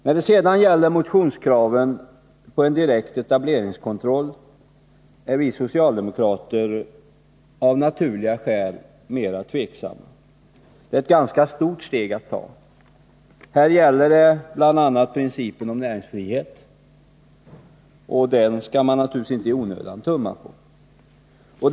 När det sedan gäller motionskraven på en direkt etableringskontroll är vi socialdemokrater av naturliga skäl mera tveksamma. Det är ett ganska stort steg att ta. Här gäller det bl.a. principen om näringsfrihet, och den skall man naturligtvis inte tumma på i onödan.